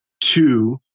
two